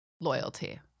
Loyalty